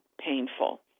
painful